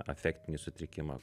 afektinį sutrikimą